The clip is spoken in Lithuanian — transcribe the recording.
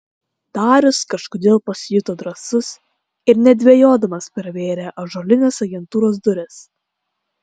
darius kažkodėl pasijuto drąsus ir nedvejodamas pravėrė ąžuolines agentūros duris